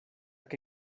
que